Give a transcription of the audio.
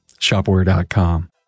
Shopware.com